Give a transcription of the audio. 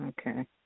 Okay